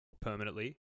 permanently